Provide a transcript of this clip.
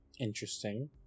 Interesting